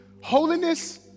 holiness